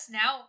now